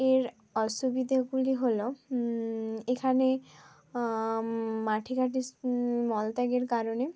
এর অসুবিধেগুলি হল এখানে মাঠে ঘাটে মলত্যাগের কারণে